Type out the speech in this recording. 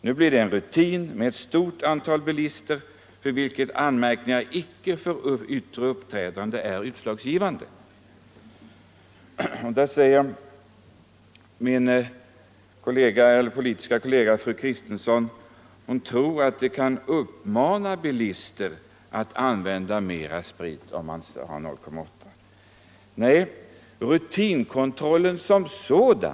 Nu blir kontrollerna en rutin för ett stort antal bilister utan att anmärkningar riktats mot deras yttre uppträdande. Min politiska kollega fru Kristensson tror att det kan uppmana bilister till att använda mera sprit om man har satt gränsen vid 0,8.